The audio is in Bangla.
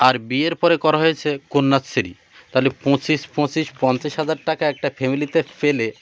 আর বিয়ের পরে করা হয়েছে কন্যাশ্রী তাহলে পঁচিশ পঁচিশ পঞ্চাশ হাজার টাকা একটা ফ্যামিলিতে ফেলে